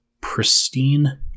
pristine